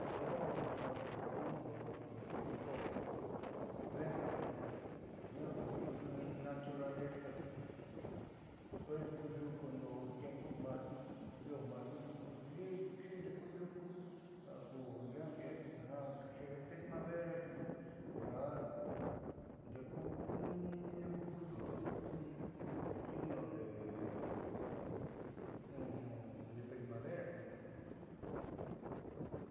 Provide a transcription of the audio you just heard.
Ja calor jiaa ka'ando ja calor verde ka'ando jiaa ku in naturaleza ku jiaa kuee ku yukundo tiempu marzo yo'o marzo tiuku yi'i chi ndeeku yuku ja ku kixe'e primavera tiuku ndiaa ndeeku kuii ku yukundo es un signo de primavera.